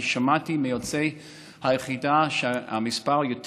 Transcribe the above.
אני שמעתי מיוצאי היחידה שהמספר יותר